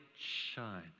shine